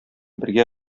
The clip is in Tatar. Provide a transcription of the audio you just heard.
бергә